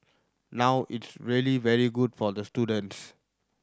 now it's really very good for the students